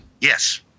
Yes